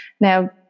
Now